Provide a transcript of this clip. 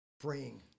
bring